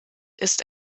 ist